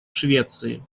швеции